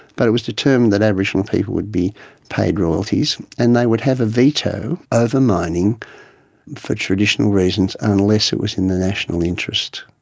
but it was determined that aboriginal people would be paid royalties, and they would have a veto over mining for traditional reasons unless it was in the national interest.